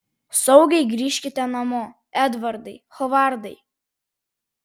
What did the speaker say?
saugiai grįžkite namo edvardai hovardai